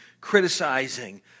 criticizing